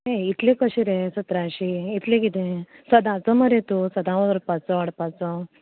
न्ही इतलें कशें रे सतराशीं इतलें कितें सदाचो मरे तूं सदां व्हरपाचो हाडपाचो